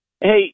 Hey